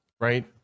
right